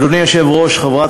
אדוני היושב-ראש, חברת